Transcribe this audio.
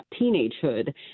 teenagehood